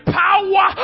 power